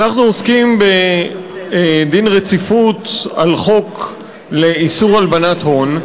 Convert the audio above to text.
אנחנו עוסקים בדין רציפות על חוק לאיסור הלבנת הון.